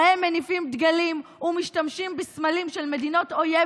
בהם מניפים דגלים ומשתמשים בסמלים של מדינות אויב